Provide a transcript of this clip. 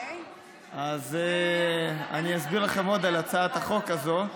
אז אני אסביר לכם עוד על הצעת החוק הזאת.